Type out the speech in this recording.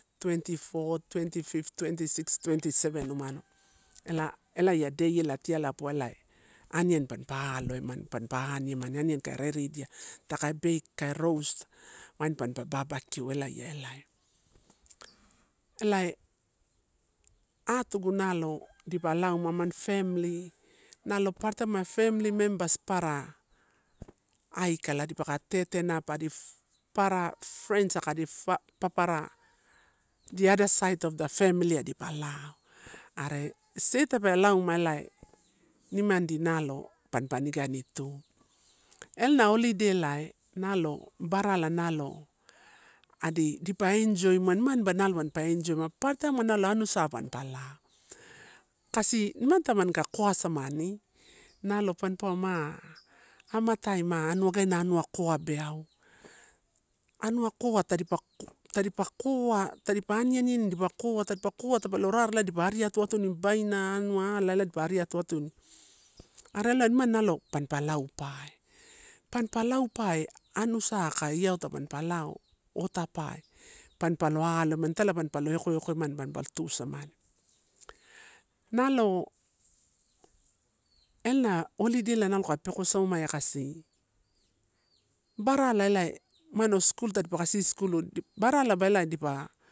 Twenty four, twenty fifth, twenty six, twenty seven umano, elaia day elea tiala poa ela aniani pampa alo emani, pampa aniemani, aniani kai redidia taka bake, kai roast wain pampa barbeque elaia ela. Elae atugu nalo dipa lauma amani family nalo papara taim uai family members papara aikala dipa ka tetenap adi papara friends aka papara thee other side of the family ai dipa lao. Are se tape alum a nimandi nalo pampa iganitu, elae na holiday elae nalo barala nalo adi, dipa enjoyimua nim ani ba nalo anusai pampa lao, kasi nimani tamani ka koa sam ani nalo pampa uwa, amatai ma wagana aunua koa beau. Anua koa tadipa ko tadipa koa, tadipa aniani dipa koa tadipa koa tape lo rare dipa ari atuatuni babaina, anua ala dipa ari atuatuni. Are ela nimani nalo pampa lau pae, pampa lau pae anusai aka iaoita tampa lao atapae, pampa lao alo emani italai pampa lo eko ekoemani mampa lo tusamani. Nalo ena holiday elae kai pekosomaia kasi barala elai umano school tadipa ka sisikulu barala dipa.